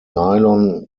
nylon